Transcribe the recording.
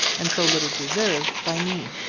and so little deserved, by me.